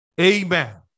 Amen